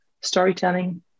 storytelling